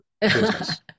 business